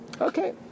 Okay